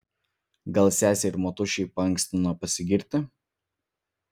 gal sesei ir motušei paankstino pasigirti